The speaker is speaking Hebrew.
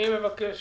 אני מבקש